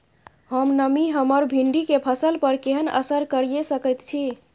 कम नमी हमर भिंडी के फसल पर केहन असर करिये सकेत छै?